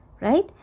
right